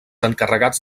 encarregats